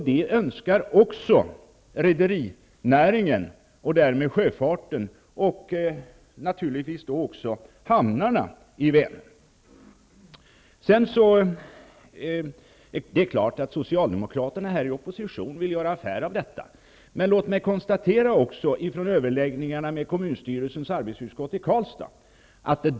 Det önskar också rederinäringen och sjöfarten och naturligtvis också hamnarna i Socialdemokraterna i opposition vill naturligtvis göra affär av detta. Men låt mig också konstatera något från överläggningarna med kommunstyrelsens arbetsutskott i Karlstad.